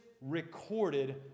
recorded